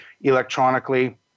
electronically